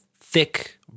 thick